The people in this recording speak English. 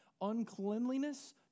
uncleanliness